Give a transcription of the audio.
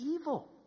evil